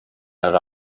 had